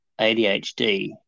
ADHD